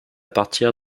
partir